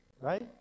right